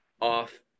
off